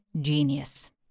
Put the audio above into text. genius